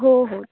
हो हो